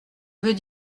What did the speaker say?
veut